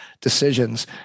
decisions